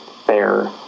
fair